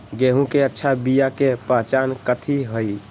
गेंहू के अच्छा बिया के पहचान कथि हई?